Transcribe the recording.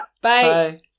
bye